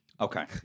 Okay